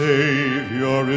Savior